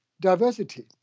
diversity